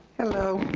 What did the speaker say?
hello,